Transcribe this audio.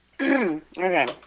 Okay